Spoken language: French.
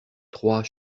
trois